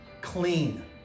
clean